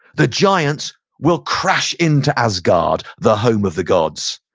the giants will crash into asgard, the home of the gods.